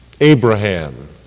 Abraham